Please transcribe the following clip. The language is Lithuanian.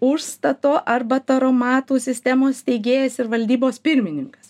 užstato arba taromatų sistemos steigėjas ir valdybos pirmininkas